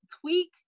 tweak